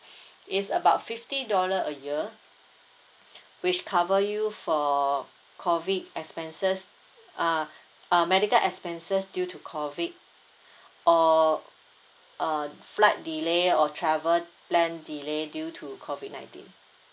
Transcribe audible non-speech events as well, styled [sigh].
[breath] is about fifty dollar a year which cover you for COVID expenses uh uh medical expenses due to COVID or uh flight delay or travel plan delay due to COVID nineteen